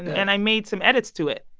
and i made some edits to it,